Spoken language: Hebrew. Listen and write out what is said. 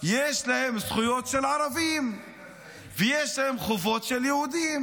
יש להם זכויות של ערבים ויש להם חובות של יהודים,